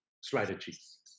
strategies